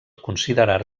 considerar